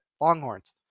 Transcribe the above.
Longhorns